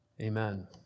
Amen